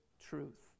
truth